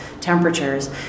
temperatures